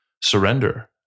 surrender